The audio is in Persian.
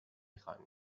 خوانید